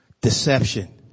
deception